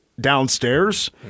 downstairs